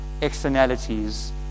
externalities